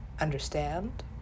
understand